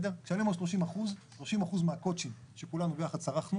כשאני אומר 30%, 30% מהקוט"שים שכולנו ביחד צרכנו